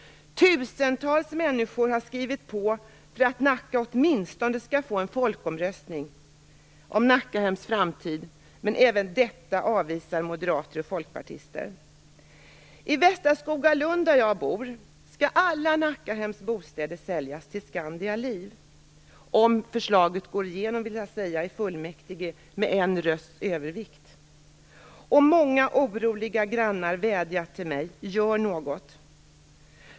Tusentals människor har skrivit på för att Nacka åtminstone skall få en folkomröstning om Nackahems framtid, men även detta avvisar moderater och folkpartister. I västra Skogalund, där jag bor, skall alla Nackahems bostäder säljas till Skandia liv, om förslaget går igenom i fullmäktige, med en rösts övervikt. Många oroliga grannar vädjar till mig: Gör något!